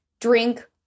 drink